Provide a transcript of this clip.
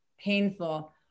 painful